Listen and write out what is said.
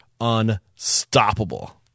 unstoppable